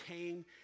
came